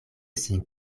sin